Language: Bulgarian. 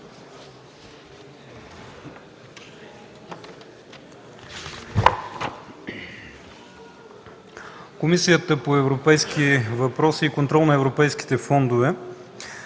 Комисията по европейските въпроси и контрол на европейските фондове